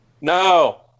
No